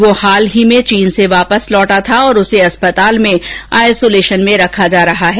वह हाल ही में चीन से वापस लौटा था और उसे अस्पताल में आइसोलेशन में रखा जा रहा है